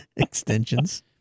extensions